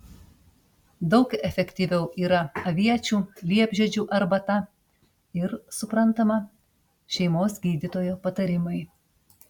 daug efektyviau yra aviečių liepžiedžių arbata ir suprantama šeimos gydytojo patarimai